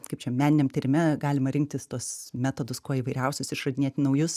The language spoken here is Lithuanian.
kaip čia meniniam tyrime galima rinktis tuos metodus kuo įvairiausius išradinėti naujus